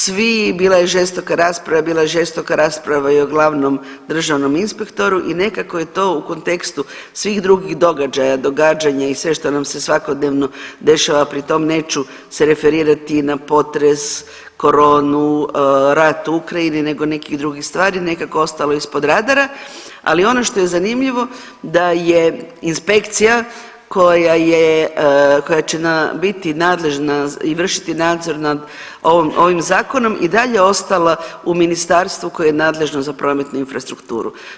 Svi, bila je žestoka rasprava, bila je žestoka rasprava i o glavnom državnom inspektoru i nekako je to u kontekstu svih drugih događaja, događanja i sve što nam se svakodnevno dešava pri tom neću se referirati na potres, koronu, rat u Ukrajini nego nekih stvari nekako ostalo ispod radara, ali ono što je zanimljivo da je inspekcija koja je, koja će nam biti nadležna i vršiti nadzor nad ovom, ovim zakonom i dalje ostala u ministarstvu koje je nadležno za prometnu infrastrukturu.